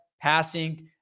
passing